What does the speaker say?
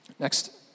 Next